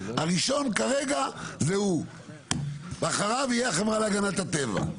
הראשון כרגע זה הוא ואחריו החברה להגנת הטבע.